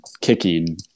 kicking